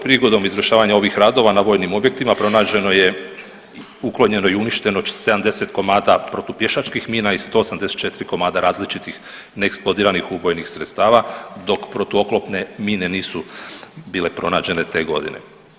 Prigodom izvršavanja ovih radova na vojnim objektima pronađeno je, uklonjeno i uništeno 70 komada protu pješačkih mina i 184 komada različitih neeksplodiranih ubojnih sredstava dok protuoklopne mine nisu bile pronađene te godine.